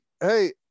Hey